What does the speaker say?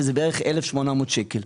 שזה בערך 1,800 שקל.